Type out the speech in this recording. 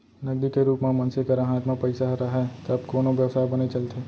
नगदी के रुप म मनसे करा हात म पइसा राहय तब कोनो बेवसाय बने चलथे